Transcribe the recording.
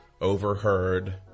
overheard